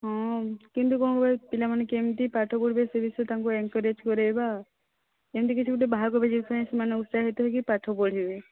ହଁ କିନ୍ତୁ କ'ଣ କହିଲ ପିଲାମାନେ କେମିତି ପାଠ ପଢ଼ିବେ ସେ ବିଷୟରେ ତାଙ୍କୁ ଏନକରେଜ୍ କରାଇବା ଏମିତି କିଛି ଗୋଟିଏ ବାହାର କରିବା ଯେଉଁଥିପାଇଁ ସେମାନେ ଉତ୍ସାହିତ ହୋଇକି ପାଠ ପଢ଼ିବେ